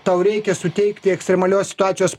tau reikia suteikti ekstremalios situacijos